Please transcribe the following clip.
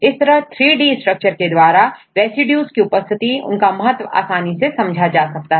इस तरह 3D structure के द्वारा रेसिड्यूज की उपस्थिति उनका महत्व आसानी से समझा जा सकता है